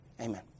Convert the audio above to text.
amen